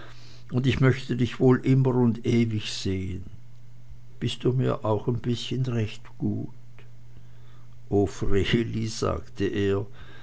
und ich möchte dich wohl immer und ewig sehen bist du mir auch ein bißchen recht gut o vreeli sagte er